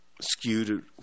skewed